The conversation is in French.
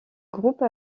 groupe